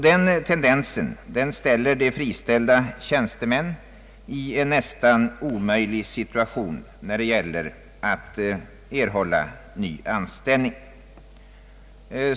Detta placerar friställda tjänstemän i en nästan omöjlig situation när det gäller att få ny anställning.